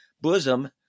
bosom